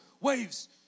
waves